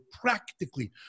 Practically